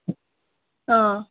ఆ